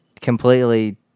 Completely